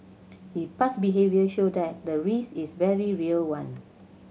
his past behaviour show that the risk is very real one